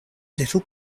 little